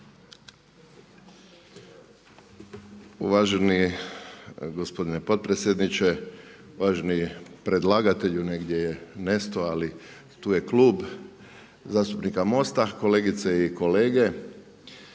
Uvaženi gospodine potpredsjedniče. Uvaženi predlagatelju negdje je nestao, ali tu je Klub zastupnika MOST-a, kolegice i kolege.